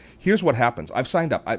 here's what happens. i've signed up.